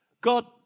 God